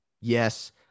Yes